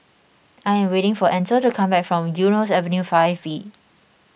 I am waiting for Ansel to come back from Eunos Avenue five B